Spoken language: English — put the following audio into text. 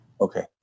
Okay